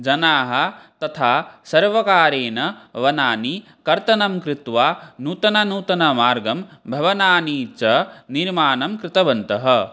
जनाः तथा सर्वकारेण वनानां कर्तनं कृत्वा नूतनं नूतनं मार्गं भवनानि च निर्माणं कृतवन्तः